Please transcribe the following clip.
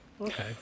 Okay